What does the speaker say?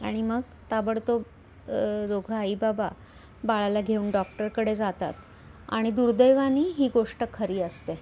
आणि मग ताबडतोब दोघं आई बाबा बाळाला घेऊन डॉक्टरकडे जातात आणि दुर्दैवाने ही गोष्ट खरी असते